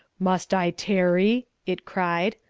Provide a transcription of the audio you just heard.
must i tarry, it cried,